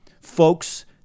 folks